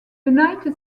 united